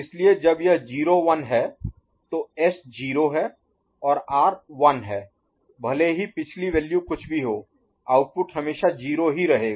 इसलिए जब यह 0 1 है तो एस 0 है और आर 1 है भले ही पिछली वैल्यू कुछ भी हो आउटपुट हमेशा 0 ही रहेगा